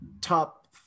top